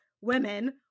women